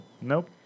nope